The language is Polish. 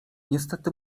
niestety